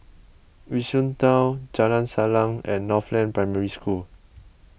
Yishun Town Jalan Salang and Northland Secondary School